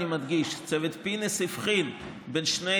אני מדגיש שצוות פינס הבחין בין שני